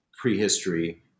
prehistory